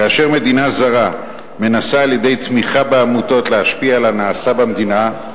כאשר מדינה זרה מנסה על-ידי תמיכה בעמותות להשפיע על הנעשה במדינה,